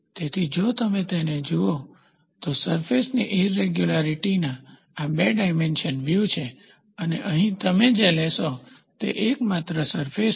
તેથી જો તમે તેને જુઓ તો સરફેસની ઇરેગ્યુરીટીના આ 2 ડાયમેન્શનલ વ્યુ છે અને અહીં તમે જે લેશો તે એકમાત્ર સરફેસ છે